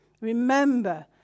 Remember